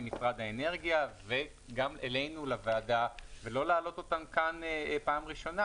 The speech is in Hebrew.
למשרד האנרגיה וגם אלינו לוועדה ולא להעלות אותן כאן פעם ראשונה.